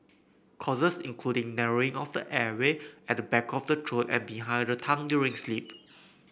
causes including narrowing of the airway at the back of the throat and behind the tongue during sleep